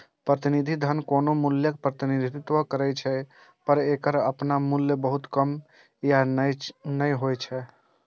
प्रतिनिधि धन कोनो मूल्यक प्रतिनिधित्व करै छै, पर एकर अपन मूल्य बहुत कम या नै होइ छै